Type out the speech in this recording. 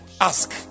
ask